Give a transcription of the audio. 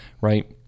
right